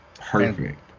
perfect